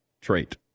trait